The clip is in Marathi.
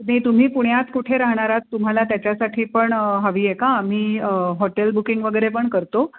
आधी तुम्ही पुण्यात कुठे राहणार आहात तुम्हाला त्याच्यासाठी पण हवी आहे का आम्ही हॉटेल बुकिंग वगैरे पण करतो